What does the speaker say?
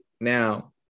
now